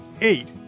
eight